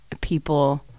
people